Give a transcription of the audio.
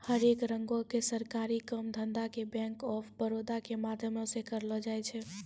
हरेक रंगो के सरकारी काम धंधा के बैंक आफ बड़ौदा के माध्यमो से करलो जाय छै